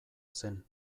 zen